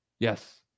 Yes